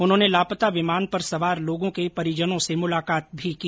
उन्होंने लापता विमान पर सवार लोगों के परिजनों से मुलाकात भी की